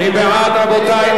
מי בעד, רבותי?